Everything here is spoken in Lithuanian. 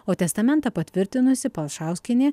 o testamentą patvirtinusi palšauskienė